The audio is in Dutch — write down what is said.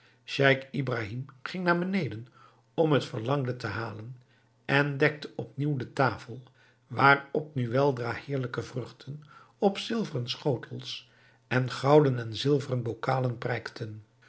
scheich ibrahim ging naar beneden om het verlangde te halen en dekte op nieuw de tafel waarop nu weldra heerlijke vruchten op zilveren schotels en gouden en zilveren bokalen prijkten